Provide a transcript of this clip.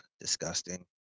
disgusting